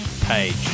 page